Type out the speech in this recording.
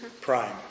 prime